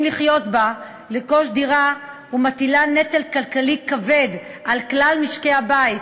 לחיות בה לרכוש דירה ומטילה נטל כלכלי כבד על כלל משקי הבית